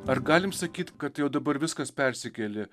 ar galim sakyt kad jau dabar viskas persikėlė